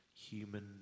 human